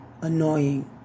Annoying